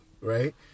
Right